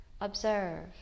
observe